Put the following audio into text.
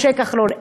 משה כחלון.